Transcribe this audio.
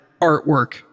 artwork